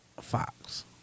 Fox